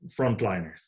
frontliners